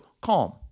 CALM